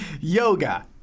Yoga